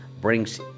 brings